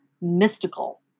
mystical